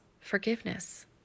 forgiveness